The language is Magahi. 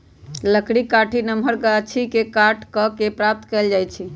लकड़ी काठी नमहर गाछि के काट कऽ प्राप्त कएल जाइ छइ